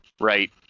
right